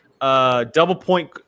double-point